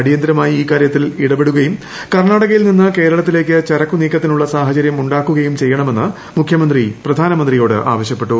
അടിയന്തിരമായി ് ഈ കാര്യത്തിൽ ഇടപെടുകയും കർണാടകയിൽ നിന്ന് കേരളത്തിലേക്ക് ചരക്കുനീക്കത്തിനുള്ള സാഹചരൃം ഉണ്ടാക്കുകയും ചെയ്യണമെന്ന് മുഖ്യമന്ത്രി പ്രധാനമന്ത്രിയോട് ആവശ്യപ്പെട്ടു